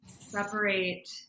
separate